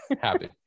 happy